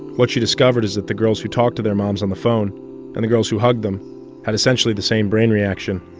what she discovered is that the girls who talked to their moms on the phone and the girls who hugged them had essentially the same brain reaction.